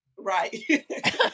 right